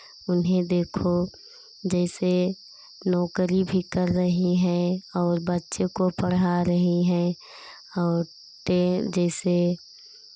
उन्हें देखो जैसे नोकरी भी कर रही हैं और बच्चे को पढ़ा रही हैं और टेन जैसे